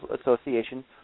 Association